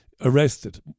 arrested